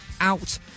out